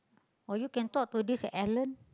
or you can talk to this Alan